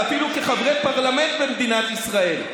ואפילו כחברי פרלמנט במדינת ישראל.